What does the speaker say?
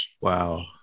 Wow